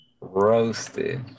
Roasted